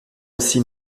aussi